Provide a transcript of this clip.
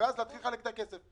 ואז להתחיל לחלק את הכסף.